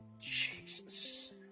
Jesus